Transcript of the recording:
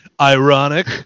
Ironic